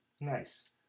Nice